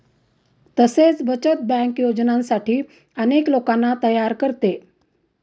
तसेच बचत बँक योजनांसाठी अनेक लोकांना तयार करते